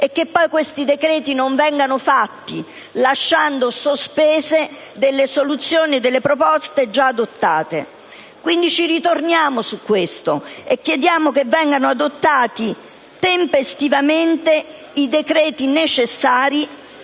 e che poi questi decreti non vengano adottati, lasciando sospese delle soluzioni e delle proposte già adottate. Torniamo quindi su questo, chiedendo che vengano adottati tempestivamente i decreti necessari,